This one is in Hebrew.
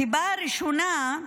הסיבה הראשונה: